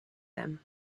them